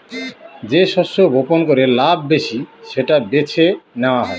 যে শস্য বপন করে লাভ বেশি সেটা বেছে নেওয়া হয়